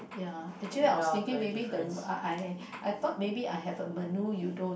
ya actually I was thinking maybe the I I I thought maybe I have a menu you don't